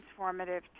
transformative